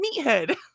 meathead